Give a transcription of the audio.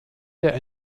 der